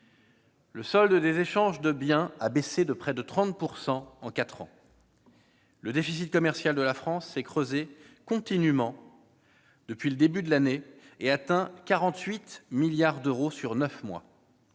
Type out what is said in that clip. Le solde des échanges de biens a baissé de près de 30 % en quatre ans. Le déficit commercial de la France s'est creusé continûment depuis le début de l'année et atteint 48 milliards d'euros sur neuf mois.